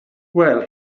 well